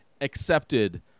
accepted